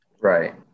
Right